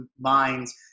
minds